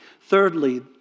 Thirdly